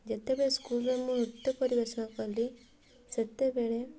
ଯେତେବେଳେ ସ୍କୁଲ୍ରେ ମୁଁ ନୃତ୍ୟ ପରିବେଷଣ କଲି ସେତେବେଳେ